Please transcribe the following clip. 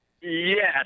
Yes